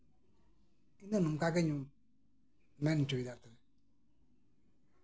ᱤᱧ ᱫᱚ ᱱᱚᱝᱠᱟ ᱜᱤᱧ ᱢᱮᱱ ᱦᱚᱪᱚᱭᱮᱫᱟ